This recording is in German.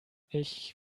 ich